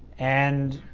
and,